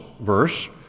verse